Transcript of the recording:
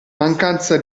mancanza